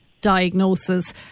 diagnosis